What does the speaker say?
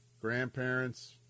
grandparents